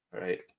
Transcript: right